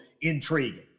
intriguing